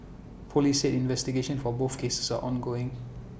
Police said investigations for both cases are ongoing